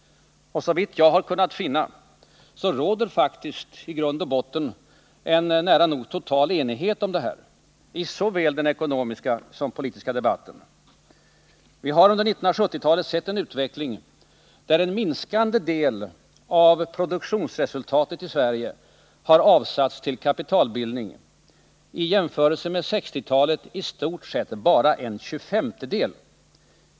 Såvitt jag har kunnat finna råder faktiskt i grund och botten total enighet om detta i såväl den ekonomiska som den politiska debatten. Vi har under 1970-talet sett en utveckling där en minskande del av produktionsresultatet i Sverige har avsatts till kapitalbildning—i jämförelse med 1960-talet i stort sett en tjugofemtedel.